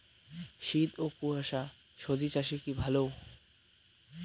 শীত ও কুয়াশা স্বজি চাষে কি ভালো?